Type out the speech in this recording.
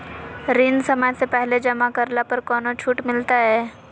ऋण समय से पहले जमा करला पर कौनो छुट मिलतैय?